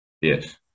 Yes